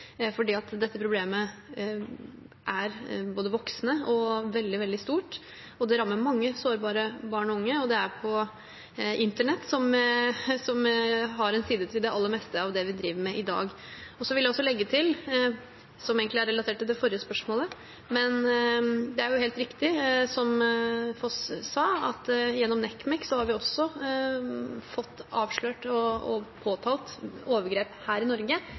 dette problemet er både voksende og veldig stort. Det rammer mange sårbare barn og unge. Det foregår på internett, som er en side ved det aller meste av det vi driver med i dag. Jeg vil også legge til følgende, som egentlig er relatert til det forrige spørsmålet: Det er helt riktig, som Foss sa, at gjennom NCMEC har vi fått avslørt og påtalt overgrep her i Norge.